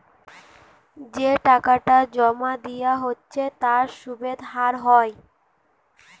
যে টাকাটা জোমা দিয়া হচ্ছে তার সুধের হার হয়